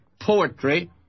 poetry